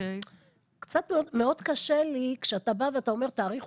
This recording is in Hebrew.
מאוד קשה לי כשאתה בא ואומר להאריך